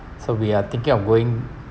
so we are thinking of going